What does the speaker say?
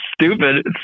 stupid